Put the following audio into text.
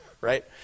Right